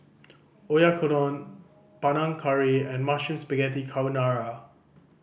Oyakodon Panang Curry and Mushroom Spaghetti Carbonara